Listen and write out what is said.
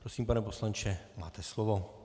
Prosím, pane poslanče, máte slovo.